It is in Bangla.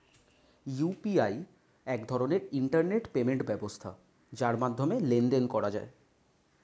ইউ.পি.আই এক ধরনের ইন্টারনেট পেমেন্ট ব্যবস্থা যার মাধ্যমে লেনদেন করা যায়